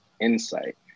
insight